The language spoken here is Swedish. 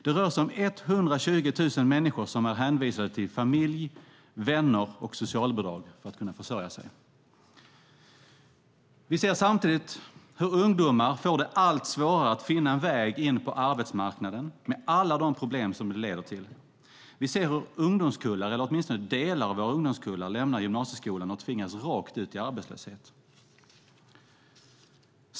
Det rör sig om 120 000 människor som är hänvisade till familj, vänner och socialbidrag för att kunna försörja sig. Vi ser samtidigt hur ungdomar får det allt svårare att finna en väg in på arbetsmarknaden med alla de problem som det leder till. Vi ser hur ungdomskullar, eller åtminstone delar av ungdomskullar, lämnar gymnasieskolan och tvingas rakt ut i arbetslöshet.